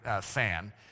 fan